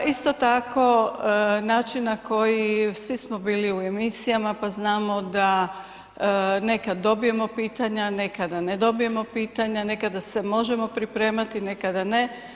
Isto tako način na koji, svi smo bili u emisijama pa znamo da nekad dobijemo pitanja, nekada ne dobijemo pitanja, nekada se možemo pripremati, nekada ne.